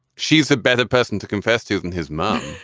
she's a better person to confess to than his mom